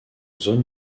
zone